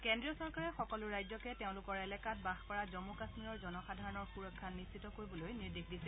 কেন্দ্ৰীয় চৰকাৰে সকলো ৰাজ্যকে তেওঁলোকৰ এলেকাত বাস কৰা জম্ম কাশ্মীৰৰ জনসাধাৰণৰ সুৰক্ষা নিশ্চিত কৰিবলৈ নিৰ্দেশ দিছে